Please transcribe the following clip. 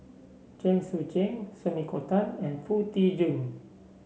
Chen Sucheng Sumiko Tan and Foo Tee Jun